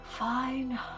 Fine